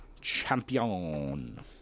champion